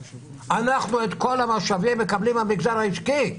את כל המשאבים אנחנו מקבלים מהמגזר העסקי,